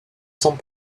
sont